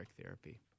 therapy